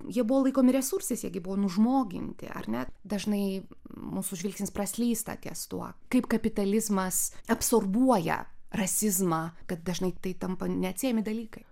jie buvo laikomi resursais jie gi buvo nužmoginti ar net dažnai mūsų žvilgsnis praslystaties tuo kaip kapitalizmas absorbuoja rasizmą kad dažnai tai tampa neatsiejami dalykai